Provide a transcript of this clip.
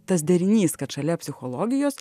tas derinys kad šalia psichologijos